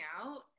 out